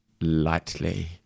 lightly